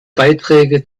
beiträge